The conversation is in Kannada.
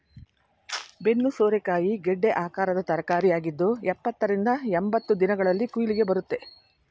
ಬೆನ್ನು ಸೋರೆಕಾಯಿ ಗೆಡ್ಡೆ ಆಕಾರದ ತರಕಾರಿಯಾಗಿದ್ದು ಎಪ್ಪತ್ತ ರಿಂದ ಎಂಬತ್ತು ದಿನಗಳಲ್ಲಿ ಕುಯ್ಲಿಗೆ ಬರುತ್ತೆ